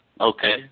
Okay